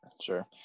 Sure